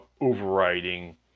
overriding